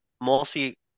mostly